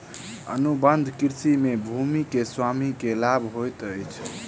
अनुबंध कृषि में भूमि के स्वामी के लाभ होइत अछि